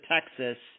Texas